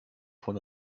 von